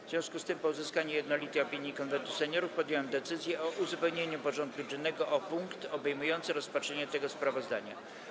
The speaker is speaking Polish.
W związku z tym, po uzyskaniu jednolitej opinii Konwentu Seniorów, podjąłem decyzję o uzupełnieniu porządku dziennego o punkt obejmujący rozpatrzenie tego sprawozdania.